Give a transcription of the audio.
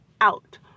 out